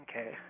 Okay